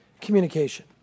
communication